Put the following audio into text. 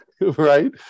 Right